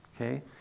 Okay